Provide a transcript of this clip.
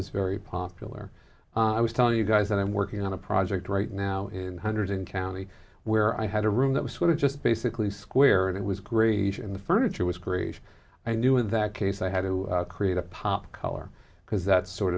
is very popular i was telling you guys and i'm working on a project right now in hundreds in county where i had a room that was sort of just basically square and it was great in the furniture was great i knew in that case i had to create a pop color because that's sort